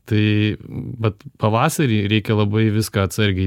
tai vat pavasarį reikia labai viską atsargiai